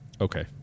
Okay